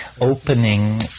opening